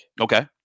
Okay